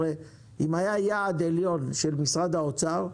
הרי אם היה יעד עליון של משרד האוצר,